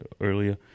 earlier